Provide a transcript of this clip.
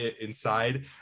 inside